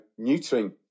neutering